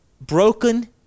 broken